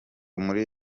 muri